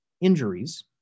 injuries